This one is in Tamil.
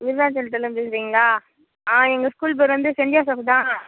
விருத்தாச்சலத்துலேருந்து பேசுகிறீங்களா ஆ எங்கள் ஸ்கூல் பேர் வந்து செண்ட் ஜோசப் தான்